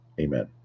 Amen